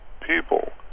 people